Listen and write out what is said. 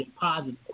positive